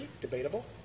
debatable